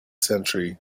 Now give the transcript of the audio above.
century